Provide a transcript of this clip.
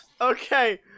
Okay